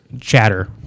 chatter